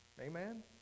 Amen